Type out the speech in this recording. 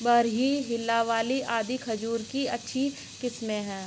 बरही, हिल्लावी आदि खजूर की अच्छी किस्मे हैं